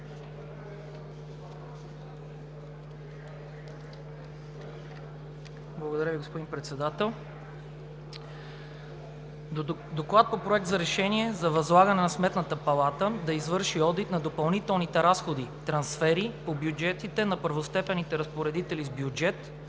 Благодаря Ви, господин Председател. „ДОКЛАД по Проект за решение за възлагане на Сметната палата да извърши одит на допълнителните разходи/трансфери по бюджетите на първостепенните разпоредители с бюджет,